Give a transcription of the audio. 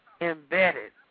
embedded